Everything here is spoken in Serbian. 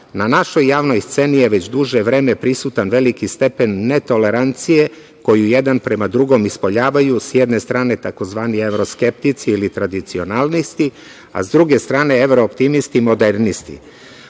na našoj javnoj sceni je već duže vreme prisutan veliki stepen netolerancije koju jedan prema drugom ispoljavaju s jedne strane tzv. evroskeptici ili tradicionalisti, a s druge strane, evrooptimisti i modernisti. Osnovni